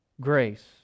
grace